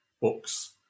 books